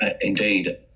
Indeed